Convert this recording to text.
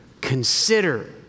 consider